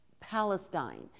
Palestine